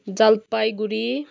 Jalpaiguri